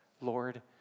Lord